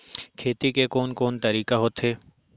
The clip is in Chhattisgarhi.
खेती के कोन कोन तरीका होथे?